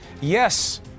Yes